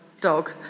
dog